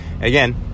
Again